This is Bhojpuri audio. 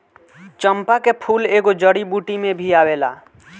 चंपा के फूल एगो जड़ी बूटी में भी आवेला